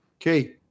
okay